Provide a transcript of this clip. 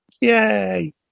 yay